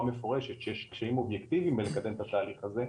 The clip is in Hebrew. מפורשת שיש קשיים אובייקטיבים בלקדם את התהליך הזה,